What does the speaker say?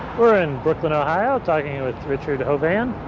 we're in brooklyn, ohio, talking with richard hovan.